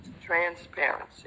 Transparency